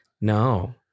No